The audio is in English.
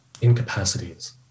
incapacities